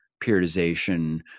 periodization